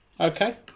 Okay